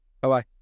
Bye-bye